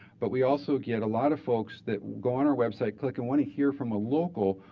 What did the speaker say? but we also get a lot of folks that go on our web site, click, and want to hear from a local,